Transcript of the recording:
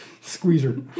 squeezer